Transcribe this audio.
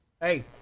Hey